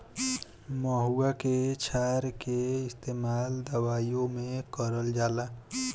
महुवा के क्षार के इस्तेमाल दवाईओ मे करल जाला